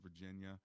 Virginia